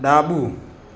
ડાબું